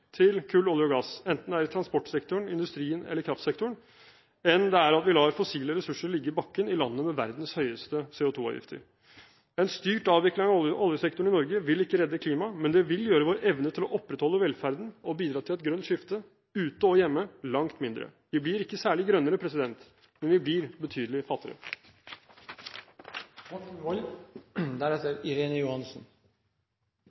til kull, olje og gass, enten det er i transportsektoren, industrien eller kraftsektoren, enn det er at vi lar fossile ressurser ligge i bakken i landet med verdens høyeste CO2-avgifter. En styrt avvikling av oljesektoren i Norge vil ikke redde klimaet, men det vil gjøre vår evne til å opprettholde velferden og bidra til et grønt skifte, ute og hjemme, langt mindre. Vi blir ikke særlig grønnere, men vi blir betydelig